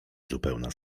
zupełna